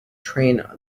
train